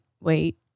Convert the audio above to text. wait